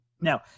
Now